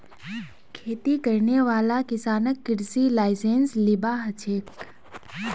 खेती करने वाला किसानक कृषि लाइसेंस लिबा हछेक